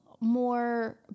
more